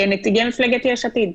זה נציגי מפלגת יש עתיד.